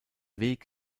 weg